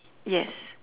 yes